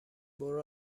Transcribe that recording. برو